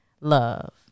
love